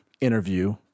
interview